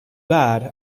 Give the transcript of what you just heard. bad